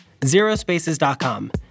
Zerospaces.com